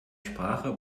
sprache